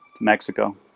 Mexico